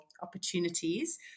opportunities